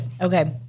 Okay